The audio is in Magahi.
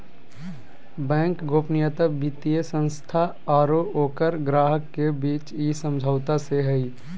बैंक गोपनीयता वित्तीय संस्था आरो ओकर ग्राहक के बीच इ समझौता से हइ